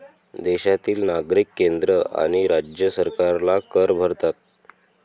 देशातील नागरिक केंद्र आणि राज्य सरकारला कर भरतात